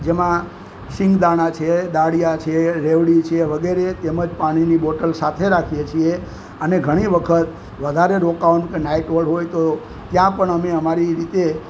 જેમાં સીંગદાણા છે દાળિયા છે રેવડી છે વગેરે તેમજ પાણીની બોટલ સાથે રાખીએ છીએ અને ઘણી વખત વધારે રોકવાનું કે નાઈટ હોલ્ડ હોય તો ત્યાં પણ અમે અમારી રીતે